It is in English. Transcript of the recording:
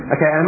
Okay